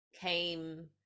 Came